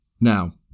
Now